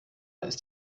ist